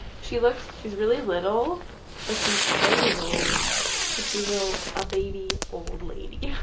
she looks she's really little but she's twelve years old, so she's little a baby old lady, yeah